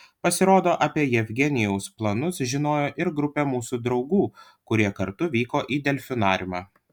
pasirodo apie jevgenijaus planus žinojo ir grupė mūsų draugų kurie kartu vyko į delfinariumą